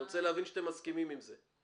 אני רוצה להבין שאתם מסכימים עם זה.